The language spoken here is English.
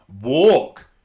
walk